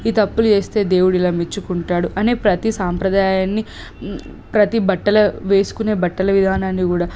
ఈ తప్పులు చేస్తే దేవుడు ఇలా మెచ్చుకుంటాడు అని ప్రతి సాంప్రదాయాన్ని ప్రతి బట్టల వేసుకునే బట్టల విధానాన్ని కూడా